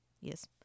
Yes